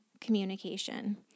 communication